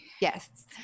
Yes